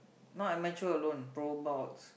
no I mature alone pro bouts